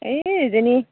এই এইজনী